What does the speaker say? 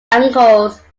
angles